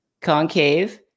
Concave